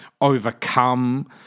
overcome